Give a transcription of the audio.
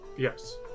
Yes